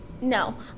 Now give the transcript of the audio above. No